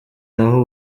naho